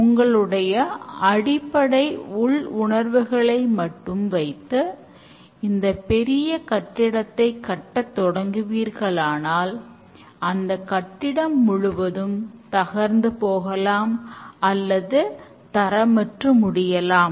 extreme programming pair programming வடிவில் இந்த coding மதிப்பீட்டை தீவரமாக செயல்படுத்துகிறது